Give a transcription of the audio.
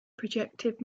projective